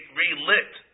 relit